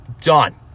Done